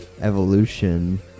evolution